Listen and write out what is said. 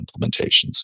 implementations